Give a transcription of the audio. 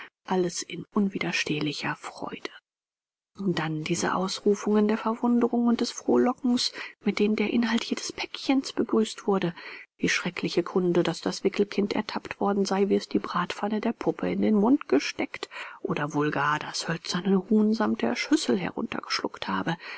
alles in unwiderstehlicher freude dann diese ausrufungen der verwunderung und des frohlockens mit denen der inhalt jedes päckchens begrüßt wurde die schreckliche kunde daß das wickelkind ertappt worden sei wie es die bratpfanne der puppe in den mund gesteckt oder wohl gar das hölzerne huhn samt der schüssel hinuntergeschluckt habe